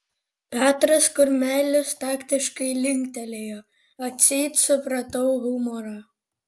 petras kurmelis taktiškai linktelėjo atseit supratau humorą